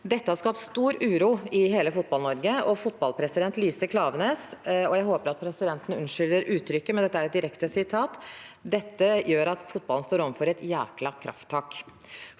Dette har skapt stor uro i hele Fotball-Norge, og fotballpresident Lise Klaveness har sagt – jeg håper at presidenten unnskylder uttrykket, men dette er et direkte sitat – at dette gjør at fotballen står overfor «et jækla krafttak».